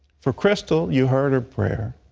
for crystal, you heard her prayer.